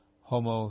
homo